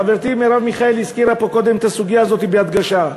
חברתי מרב מיכאלי הזכירה פה קודם את הסוגיה הזאת בהדגשה.